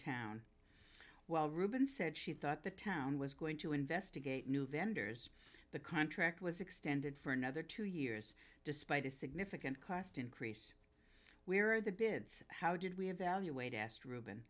town while reuben said she thought the town was going to investigate new vendors the contract was extended for another two years despite a significant cost increase where the bids how did we evaluate asked ruben